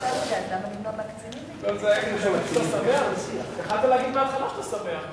יכולת להגיד מההתחלה שאתה שמח.